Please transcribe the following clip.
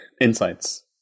insights